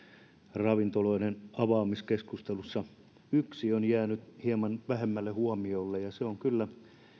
ravintoloiden avaamiskeskustelussa yksi on jäänyt hieman vähemmälle huomiolle ja se on kyllä